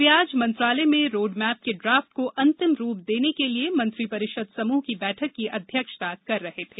वे आज मंत्रालय में रोडमेप के ड्राफ्ट को अंतिम रूप देने के लिये मंत्रि परिषद समूह की बैठक की अध्यक्षता कर रहे थे